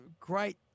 great